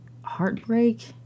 heartbreak